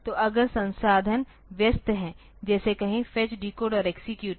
तो अगर संसाधन व्यस्त है जैसे कहे फेच डिकोड और एक्सेक्यूट